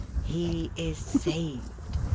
he is saved!